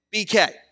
BK